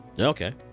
Okay